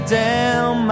down